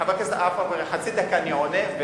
חבר הכנסת עפו אגבאריה, חצי דקה אני עונה.